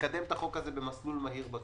נקדם את החוק הזה במסלול מהיר בכנסת.